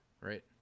Right